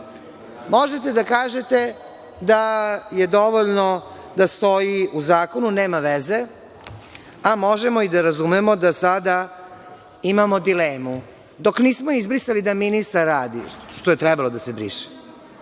da kažete da je dovoljno da stoji u zakonu nema veze, a možemo i da razumemo da sada imamo dilemu. Dok nismo izbrisali da ministar radi, što je trebalo da se briše,